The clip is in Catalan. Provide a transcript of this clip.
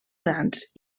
grans